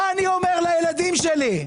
מה אני אומר לילדים שלי,